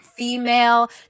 Female